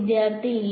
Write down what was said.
വിദ്യാർത്ഥി ഇല്ല